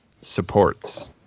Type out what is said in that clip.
supports